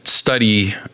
Study